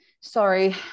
Sorry